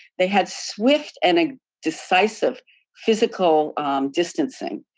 they had swift and ah decisive physical distancing.